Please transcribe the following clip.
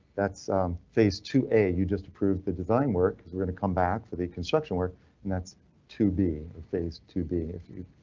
that's phase two a you just approved the design work. we're going to come back for the construction work and that's to be a phase two b if you.